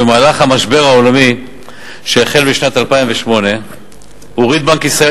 במהלך המשבר העולמי שהחל בשנת 2008 הוריד בנק ישראל